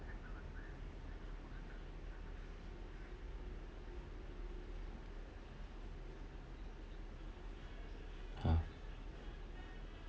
ah